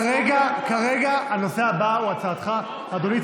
כרגע הנושא הבא הוא הצעתך, אדוני.